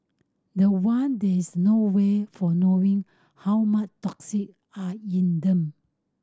the one there is no way for knowing how much toxin are in them